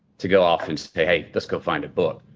to go off and say, hey, let's go find a book.